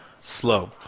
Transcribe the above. Slow